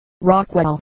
Rockwell